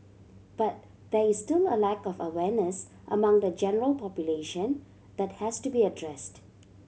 but there is still a lack of awareness among the general population that has to be addressed